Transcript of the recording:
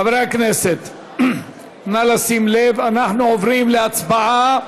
חברי הכנסת, נא לשים לב, אנחנו עוברים להצבעה